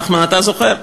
נחמן, אתה זוכר?